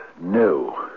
No